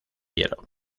hielo